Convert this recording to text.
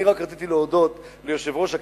אני רק רציתי להודות ליושב-ראש הכנסת.